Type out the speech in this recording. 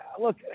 look